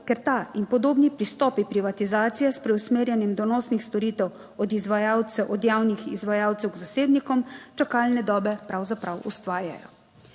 ker ta in podobni pristopi privatizacije s preusmerjanjem donosnih storitev od izvajalcev, od javnih izvajalcev k zasebnikom, čakalne dobe pravzaprav ustvarjajo.